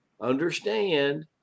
understand